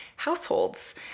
households